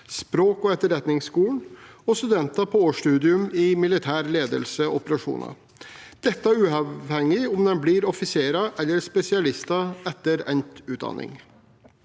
Språk- og etterretningsskolen, og studentene på årsstudium i militær ledelse og operasjoner. Dette er uavhengig av om de blir offiserer eller spesialister etter endt utdanning.